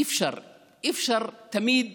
אי-אפשר תמיד